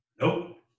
Nope